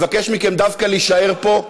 מבקש מכם דווקא להישאר פה,